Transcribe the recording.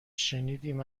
شنیدیم